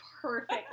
perfect